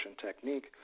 technique